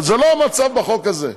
אבל זה לא המצב בחוק הזה.